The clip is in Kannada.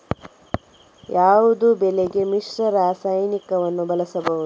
ಯಾವುದೇ ಬೆಳೆಗೆ ಮಿಶ್ರ ರಾಸಾಯನಿಕಗಳನ್ನು ಬಳಸಬಹುದಾ?